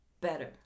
better